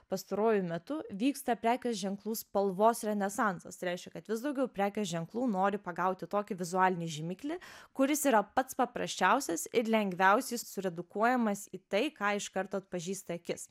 pastaruoju metu vyksta prekės ženklų spalvos renesansas tai reiškia kad vis daugiau prekės ženklų nori pagauti tokį vizualinį žymiklį kuris yra pats paprasčiausias ir lengviausiai suredukuojamas į tai ką iš karto atpažįsta akis